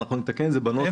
אנחנו נתקן את זה בנוסח.